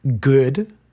good